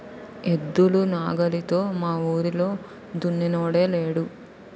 ఎద్దులు నాగలితో మావూరిలో దున్నినోడే లేడు